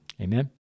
Amen